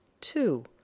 two